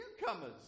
newcomers